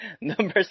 Number